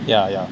yeah yeah